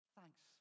Thanks